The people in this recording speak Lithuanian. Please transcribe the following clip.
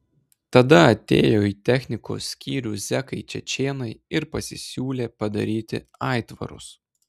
tada atėjo į technikos skyrių zekai čečėnai ir pasisiūlė padaryti aitvarus